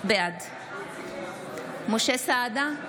בעד משה סעדה,